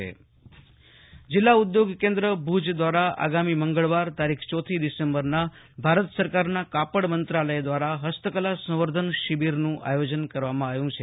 આશુતોષ અંતાણી ભુજઃ જિલ્લા ઉદ્યોગ કેન્દ્રઃ શિબિર જિલ્લા ઉદ્યોગ કેન્દ્ર ભુજ દ્વારા આગામી મંગળવાર તારીખ ચોથી ડિસેમ્બરના ભારત સરકારના કાપડ મંત્રાલય દ્વારા હસ્તકલા સંવર્ધન શિબિરનું આયોજન કરવામાં આવ્યું છે